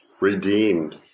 redeemed